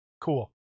cool